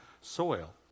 soil